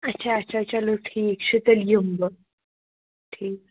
اَچھا اَچھا چلو ٹھیٖک چھِ تیٚلہِ یِمہٕ بہٕ ٹھیٖک